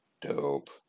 Dope